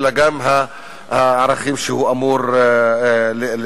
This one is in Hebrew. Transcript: אלא גם הערכים שהוא אמור לקדם.